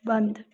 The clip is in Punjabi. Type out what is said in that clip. ਬੰਦ